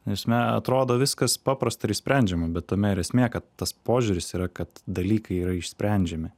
ta prasme atrodo viskas paprasta ir išsprendžiama bet tame ir esmė kad tas požiūris yra kad dalykai yra išsprendžiami